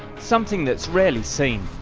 something that's rarely seen.